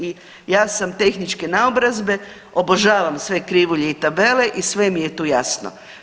I ja sam tehničke naobrazbe, obožavam sve krivulje i tabele i sve mi je tu jasno.